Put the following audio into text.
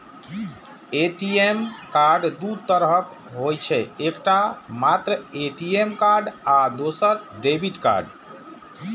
ATM card दू तरहक होइ छै, एकटा मात्र ए.टी.एम कार्ड आ दोसर डेबिट कार्ड